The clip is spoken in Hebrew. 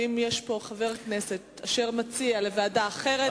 ואם יש פה חבר כנסת אשר מציע לוועדה אחרת,